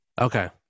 Okay